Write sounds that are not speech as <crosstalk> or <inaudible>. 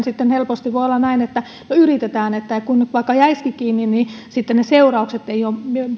<unintelligible> sitten helposti voi olla näin että no yritetään että vaikka jäisikin kiinni niin sitten ne seuraukset eivät ole